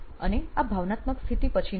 અને આ ભાવનાત્મક સ્થિતિ પછીનું છે